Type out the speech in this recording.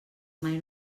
mai